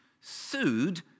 sued